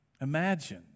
Imagine